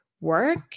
work